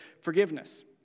forgiveness